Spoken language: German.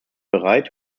bereit